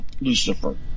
Lucifer